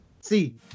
see